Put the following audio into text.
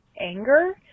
anger